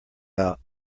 out